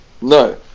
No